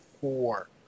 four